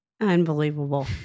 Unbelievable